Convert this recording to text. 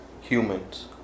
humans